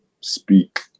speak